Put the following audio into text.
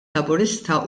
laburista